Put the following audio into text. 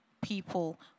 people